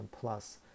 plus